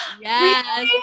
Yes